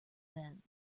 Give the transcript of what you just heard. then